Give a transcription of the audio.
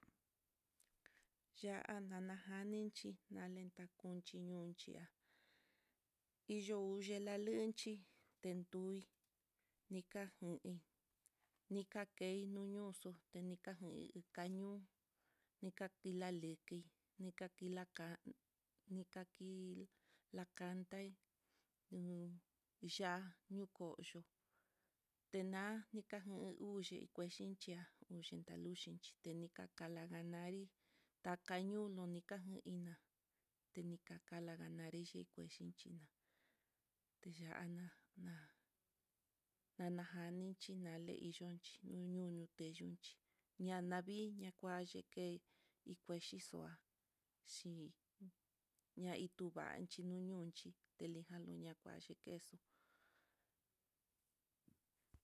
Ya'a nanaja ninchi nalenta kunchi ñonchí, ya'a iyou yelalinchí, tetui nika juin niakey nuñoxo, tenikaji kañoo nikakila leji, nikakila kan nikaki ndakanté, ñuu ya'a ñuu koyo na nika iin uxi tekuexhichia uxin taluxhi tenikaka la'a nanari takañuu no nika jaina tenkaka lakanrexhi hí kue xhixná, teyana ná nanajanichí naleinyonchí, nuñu teyunchí ñanavii lakua yeke ikuexhi do'a, xhin ñaitu vanxhi ni ñuu ñuxhi telija luña vaxhi queso.